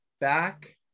back